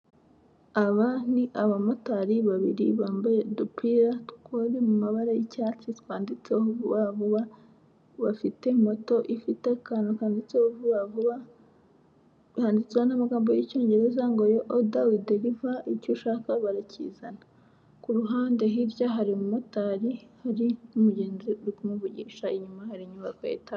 Aba ni abamotari babiri bambaye udupira turi mu mabara y'icyatsi, twanditseho vuba vuba, bafite moto ifite akantu kanditseho vuba vuba, handitseho n'amagambo y'Icyongereza ngo 'you order we deliver' icyo ushaka barakizana, ku ruhande hirya hari umumotari, hari n'umugenzi uri kumuvugisha, inyuma hari inyubako ya etaje.